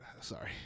Sorry